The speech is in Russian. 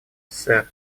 сэр